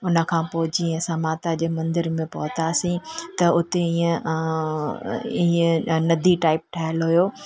उनखां पोइ जीअं असां माता जे मंदरु में पहुतासीं त उते ईअं ईअं नदी टाइप ठहियल हुयो